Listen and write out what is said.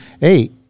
Hey